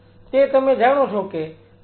તે તમે જાણો છો કે તે માત્ર એક તકનીક છે